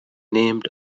named